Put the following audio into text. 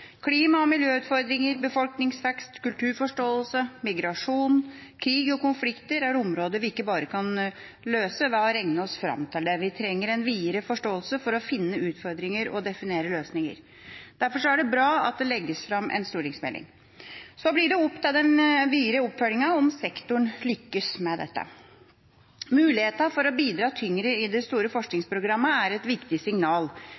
Klima- og miljøutfordringer, befolkningsvekst, kulturforståelse, migrasjon, krig og konflikter er områder der vi ikke kan regne oss fram til en løsning, vi trenger en videre forståelse for å finne utfordringer og definere løsninger. Derfor er det bra at det legges fram en stortingsmelding. Så blir det opp til den videre oppfølgingen om sektoren lykkes med dette. Mulighetene for å bidra tyngre i de store forskningsprogrammene er et viktig signal. Det